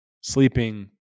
sleeping